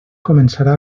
començarà